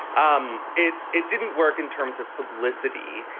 um it it didn't work in terms of publicity,